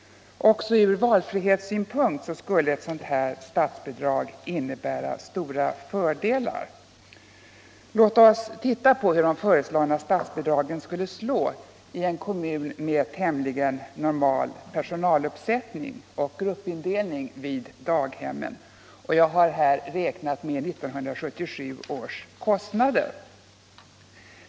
Också från valfrihetssynpunkt skulle ett sådant statsbidrag medföra stora fördelar. Låt oss titta på hur de föreslagna statsbidragen skulle slå i en kommun med tämligen normal personaluppsättning och gruppindelning vid daghemmen. Jag har här räknat med 1977 års kostnader.